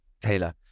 Taylor